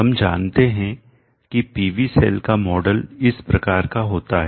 हम जानते हैं कि PV सेल का मॉडल इस प्रकार का होता है